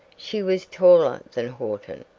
she was taller than horton,